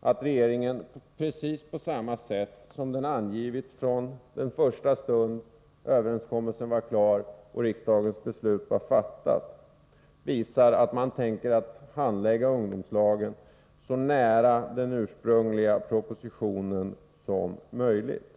att regeringen — precis på samma sätt som angavs från första stund då överenskommelsen var klar och riksdagens beslut var fattat — visar att den tänker handlägga frågan om ungdomslagen i så stor överensstämmelse med den ursprungliga propositionen som möjligt.